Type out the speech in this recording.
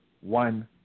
one